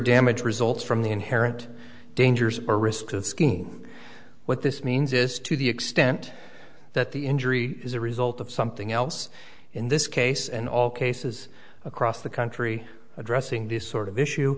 damage results from the inherent dangers or risk of scheme what this means is to the extent that the injury is a result of something else in this case and all cases across the country addressing this sort of issue